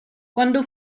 quando